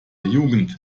jugend